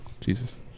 Jesus